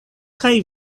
kaj